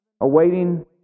awaiting